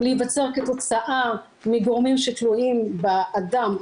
להיווצר כתוצאה מגורמים שתלויים באדם,